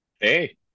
Hey